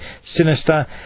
Sinister